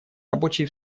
рабочие